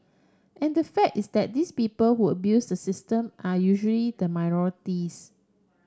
and the fact is that these people who abuse system are usually the minorities